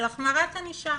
החמרת ענישה.